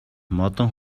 модон